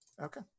Okay